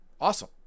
Awesome